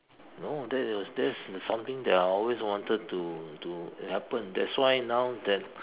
no that was that is something that I always wanted to to happen that's why now that